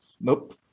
Nope